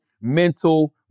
mental